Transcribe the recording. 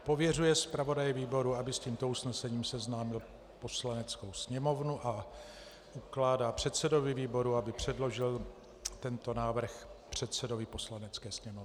pověřuje zpravodaje výboru, aby s tímto usnesením seznámil Poslaneckou sněmovnu; ukládá předsedovi výboru, aby předložil toto usnesení předsedovi Poslanecké sněmovny.